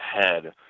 head